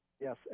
Yes